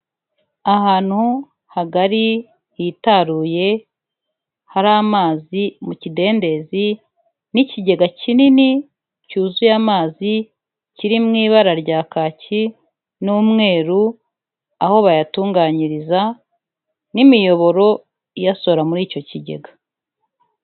Ahantu hagari hitaruye hari amazi mu kidendezi n'ikigega kinini cyuzuye amazi, kiri mu ibara rya kaki n'umweru, aho bayatunganyiriza n'imiyoboro iyasohora muri icyo kigega.